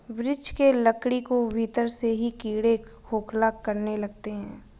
वृक्ष के लकड़ी को भीतर से ही कीड़े खोखला करने लगते हैं